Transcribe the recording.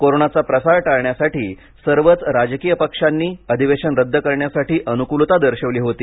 कोरोनाचा प्रसार टाळण्यासाठी सर्वच राजकीय पक्षांनी अधिवेशन रद्द करण्यासाठी अनुकूलता दर्शवली होती